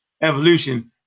evolution